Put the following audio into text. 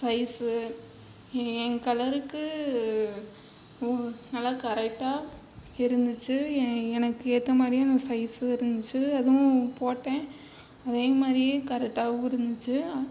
size என் கலருக்கு நல்லா கரெக்டாக இருந்துச்சு என் எனக்கு ஏற்ற மாதிரியும் அந்த சைஸும் இருந்துச்சு அதுவும் போட்டேன் அதே மாதிரியே கரெக்டாகவும் இருந்துச்சு